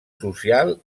social